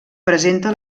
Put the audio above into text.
presenta